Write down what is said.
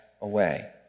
away